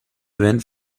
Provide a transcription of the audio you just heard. gwen